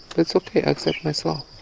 but it's okay, i accept myself,